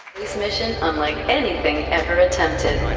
this mission, unlike anything ever attempted.